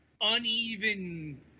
uneven